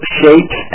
shapes